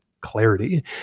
clarity